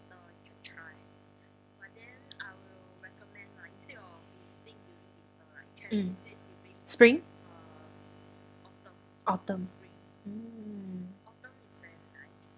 mm spring autumn mm